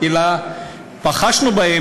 בלי שבחשנו בה,